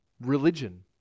religion